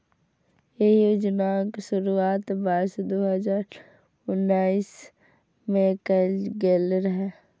एहि योजनाक शुरुआत वर्ष दू हजार उन्नैस मे कैल गेल रहै